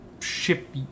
ship